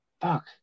Fuck